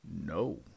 No